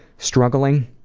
struggling,